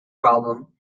problem